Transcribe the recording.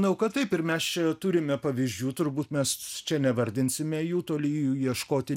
manau kad taip ir mes čia turime pavyzdžių turbūt mes čia nevardinsime jų toli jų ieškoti